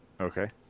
Okay